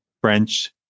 French